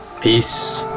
Peace